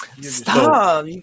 Stop